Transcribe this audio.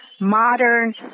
modern